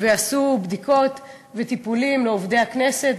ועשו בדיקות ונתנו טיפולים לעובדי הכנסת,